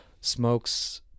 smokes